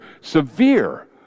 severe